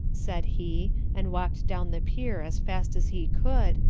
said he, and walked down the pier as fast as he could,